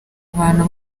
abantu